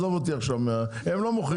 הם לא מוכרים נעליים.